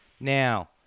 Now